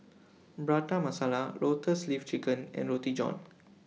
Prata Masala Lotus Leaf Chicken and Roti John